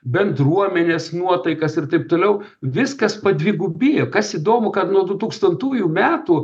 bendruomenės nuotaikas ir taip toliau viskas padvigubėjo kas įdomu kad nuo du tūkstantųjų metų